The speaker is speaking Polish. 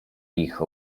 ich